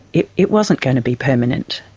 it it wasn't going to be permanent.